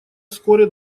вскоре